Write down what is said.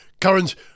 current